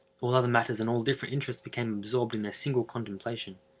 all other matters and all different interests became absorbed in their single contemplation.